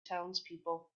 townspeople